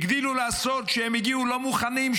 הגדילו לעשות כשהם הגיעו לא מוכנים,